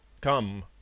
Come